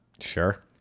Sure